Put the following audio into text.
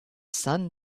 sun